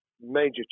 major